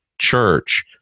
church